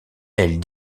elle